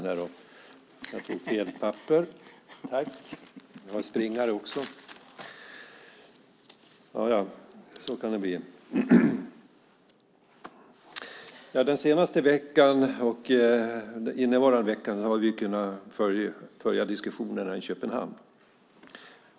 Herr talman! Den senaste veckan har vi kunnat följa diskussionerna i Köpenhamn.